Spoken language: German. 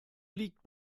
liegt